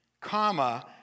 comma